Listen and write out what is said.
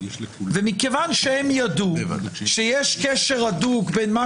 מכיוון שהם ידעו שיש קשר הדוק בין מה